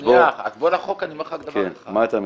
אז בוא --- אז פה לחוק אני אומר לך דבר אחד --- אז מה אתה מציע?